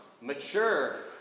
mature